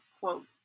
quote